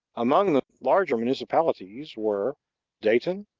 among the larger municipalities were dayton,